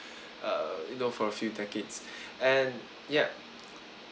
uh you know for a few decades and yup